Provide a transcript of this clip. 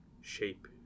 shape